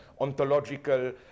ontological